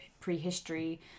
prehistory